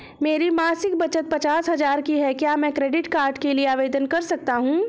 मेरी मासिक बचत पचास हजार की है क्या मैं क्रेडिट कार्ड के लिए आवेदन कर सकता हूँ?